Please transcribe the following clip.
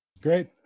Great